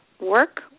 work